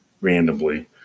randomly